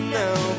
now